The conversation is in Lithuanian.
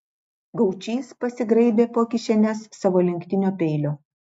gaučys pasigraibė po kišenes savo lenktinio peilio